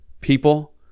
people